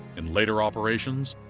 in later operations,